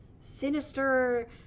sinister